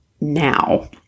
now